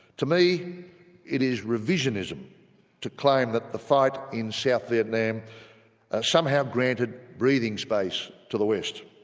to me it is revisionism to claim that the fight in south vietnam somehow granted breathing space to the west.